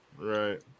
Right